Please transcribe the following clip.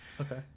okay